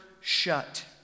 shut